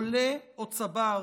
עולה או צבר,